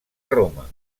roma